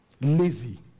lazy